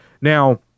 Now